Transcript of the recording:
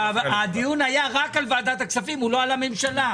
הדיון היה רק על ועדת הכספים, לא על הממשלה.